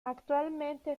actualmente